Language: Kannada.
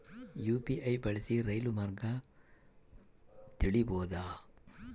ಯು.ಪಿ.ಐ ಬಳಸಿ ರೈಲು ಮಾರ್ಗ ತಿಳೇಬೋದ?